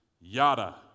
yada